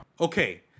Okay